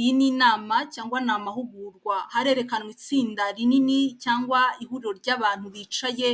Iyi ni inama cyangwa ni amahugurwa harerekanwa itsinda rinini cyangwa ihuriro ry'abantu bicaye